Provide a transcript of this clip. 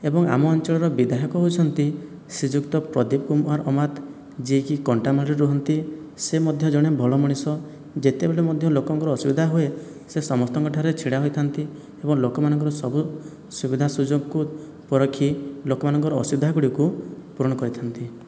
ଏବଂ ଆମ ଅଞ୍ଚଳର ବିଧାୟକ ହେଉଛନ୍ତି ଶ୍ରୀଯୁକ୍ତ ପ୍ରଦୀପ କୁମାର ଅମାତ ଯିଏକି କଣ୍ଟାମାଳିରେ ରୁହନ୍ତି ସେ ମଧ୍ୟ ଜଣେ ଭଲ ମଣିଷ ଯେତେବେଳେ ମଧ୍ୟ ଲୋକଙ୍କର ଅସୁବିଧା ହୁଏ ସେ ସମସ୍ତଙ୍କ ଠାରେ ଛିଡ଼ା ହୋଇଥା'ନ୍ତି ଏବଂ ଲୋକମାନଙ୍କର ସବୁ ସୁବିଧା ସୁଯୋଗକୁ ପରଖି ଲୋକମାନଙ୍କର ଅସୁବିଧା ଗୁଡ଼ିକୁ ପୂରଣ କରିଥା'ନ୍ତି